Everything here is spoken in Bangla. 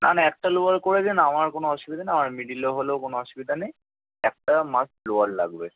না না একটা লোয়ার করে দিন আমার কোনো অসুবিধা নেই আমার মিডলে হলেও কোনো অসুবিধা নেই একটা মাস্ট লোয়ার লাগবে